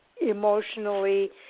emotionally